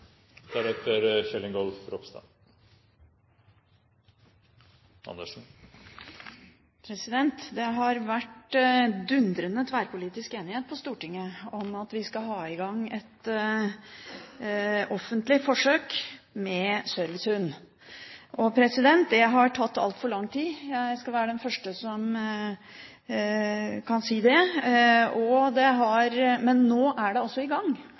Det har vært dundrende tverrpolitisk enighet på Stortinget om at vi skal ha i gang et offentlig forsøk med servicehund. Det har tatt altfor lang tid – jeg skal være den første til å si det – men nå er det altså i gang.